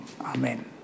Amen